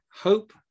hope